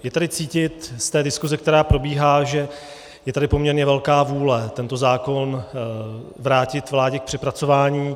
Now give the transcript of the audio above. Je tady cítit z diskuze, která probíhá, že je tady poměrně velká vůle tento zákon vrátit vládě k přepracování.